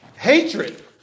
hatred